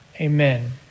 Amen